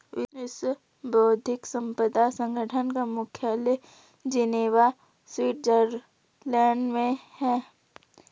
विश्व बौद्धिक संपदा संगठन का मुख्यालय जिनेवा स्विट्जरलैंड में है